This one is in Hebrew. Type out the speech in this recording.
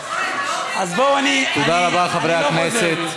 אז בואו, אני, תודה רבה, חברי הכנסת.